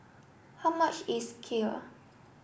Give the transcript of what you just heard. how much is Kheer